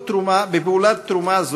בפעולת תרומה זו,